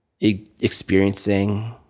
experiencing